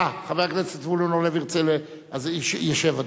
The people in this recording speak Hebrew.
אה, חבר הכנסת זבולון אורלב ירצה, אז ישב אדוני.